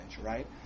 Right